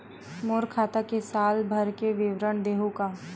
मोर खाता के साल भर के विवरण देहू का?